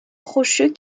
rocheux